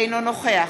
אינו נוכח